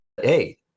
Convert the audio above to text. Hey